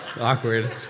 awkward